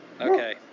Okay